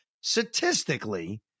statistically